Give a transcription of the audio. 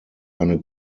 eine